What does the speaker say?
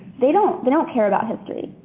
they don't they don't care about history,